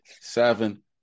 Seven